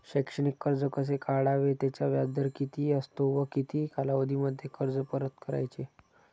शैक्षणिक कर्ज कसे काढावे? त्याचा व्याजदर किती असतो व किती कालावधीमध्ये कर्ज परत करायचे?